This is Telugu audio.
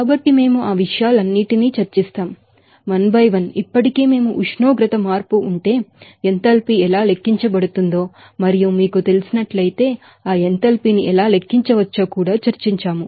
కాబట్టి మేము ఆ విషయాలన్నింటినీ చర్చిస్తాంఒకదాని తరవాత ఇంకొకటి ఇప్పటికే మేము ఉష్ణోగ్రత మార్పు ఉంటే ఎంథాల్పీ ఎలా లెక్కించబడుతుందో మరియు మీకు తెలిసినట్లయితే ఆ ఎంథాల్పీని ఎలా లెక్కించవచ్చో కూడా చర్చించాము